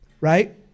right